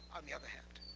on the other hand.